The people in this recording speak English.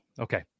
okay